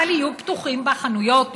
אבל יהיו פתוחות בה חנויות,